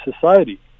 society